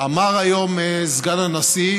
אמר היום סגן הנשיא,